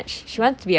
mm